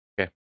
Okay